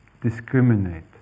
discriminate